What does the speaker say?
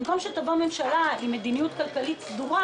במקום שתבוא ממשלה עם מדיניות כלכלית סדורה,